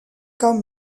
comme